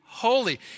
holy